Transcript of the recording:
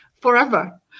forever